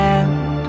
end